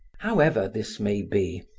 however this may be,